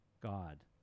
God